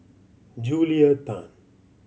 Julia Tan